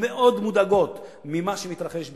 מאוד מודאג ממה שמתרחש באירן.